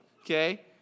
okay